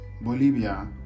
Bolivia